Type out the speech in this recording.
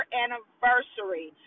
anniversary